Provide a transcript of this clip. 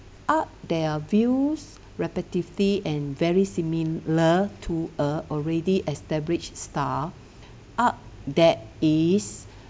art there are views repetitively and very similar to a already established style art that is